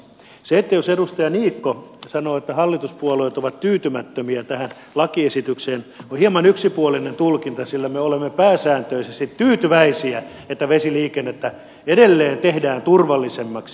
se että edustaja niikko sanoo että hallituspuolueet ovat tyytymättömiä tähän lakiesitykseen on hieman yksipuolinen tulkinta sillä me olemme pääsääntöisesti tyytyväisiä että vesiliikennettä edelleen tehdään turvallisemmaksi